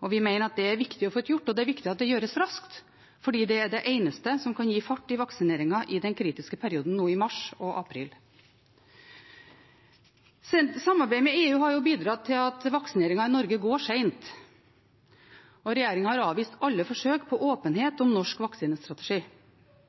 og vi mener at det er viktig å få gjort, og det er viktig at det gjøres raskt, fordi det er det eneste som kan gi fart i vaksineringen i den kritiske perioden nå i mars og april. Samarbeidet med EU har bidratt til at vaksineringen i Norge går seint, og regjeringen har avvist alle forsøkt på åpenhet om norsk vaksinestrategi.